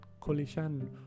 collision